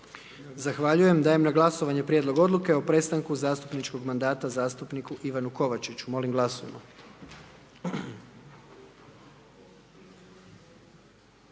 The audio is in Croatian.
Zahvaljujem. Dajem na glasovanje prijedlog odluke o prestanku zastupničkog mandata zastupniku Ivanu Kovačiću, molimo glasujmo.